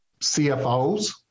CFOs